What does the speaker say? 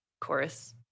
chorus